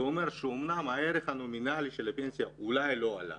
זה אומר שאומנם הערך הנומינלי של הפנסיה אולי לא עלה.